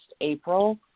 April